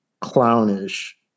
clownish